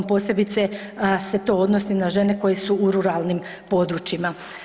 Posebice se to odnosi na žene koje su u ruralnim područjima.